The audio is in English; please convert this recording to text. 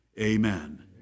amen